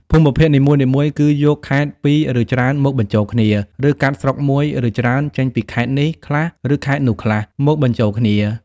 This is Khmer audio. ភូមិភាគនីមួយៗគឺយកខេត្តពីរឬច្រើនមកបញ្ចូលគ្នា ឬកាត់ស្រុក១ ឬច្រើនចេញពីខេត្តនេះខ្លះឬខេត្តនោះខ្លះ មកបញ្ចូលគ្នា។